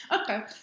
Okay